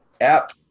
app